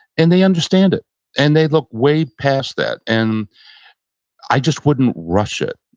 and they understand it and they look way past that and i just wouldn't rush it.